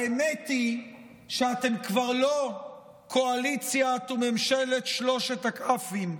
האמת היא שאתם כבר לא קואליציית וממשלת שלושת הכ"פים,